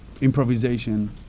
improvisation